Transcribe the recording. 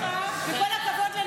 עם כל הכבוד לך וכל הכבוד לנאור,